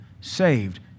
saved